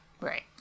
Right